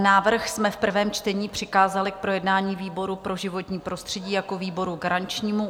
Návrh jsme v prvém čtení přikázali k projednání výboru pro životní prostředí jako výboru garančnímu.